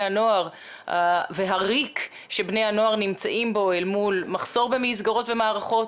הנוער והריק שבני הנוער נמצאים בו אל מול מחסור במסגרות ובמערכות,